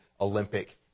Olympic